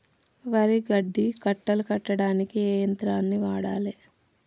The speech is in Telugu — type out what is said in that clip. వరి గడ్డి కట్టలు కట్టడానికి ఏ యంత్రాన్ని వాడాలే?